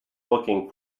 looking